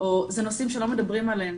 או 'אלה נושאים שלא מדברים עליהם,